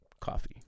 Coffee